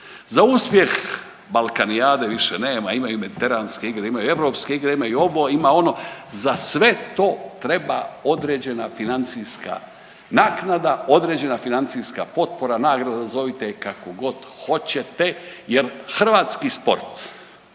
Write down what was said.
za uspjeh balkanijade više nema, imaju mediteranske igre, imaju europske igre, ima i ovo, ima ono, za sve to treba određena financijska naknada, određena financijska potpora, nagrada, zovite je kako god hoćete jer hrvatski sport